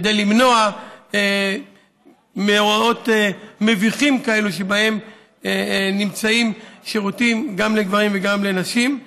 כדי למנוע אירועים מביכים כאלה שבהם השירותים הם גם לגברים וגם לנשים.